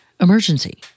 emergency